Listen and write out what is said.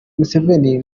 museveni